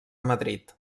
madrid